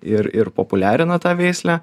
ir ir populiarina tą veislę